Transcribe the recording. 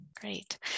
Great